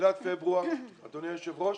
לתחילת פברואר, אדוני היושב-ראש,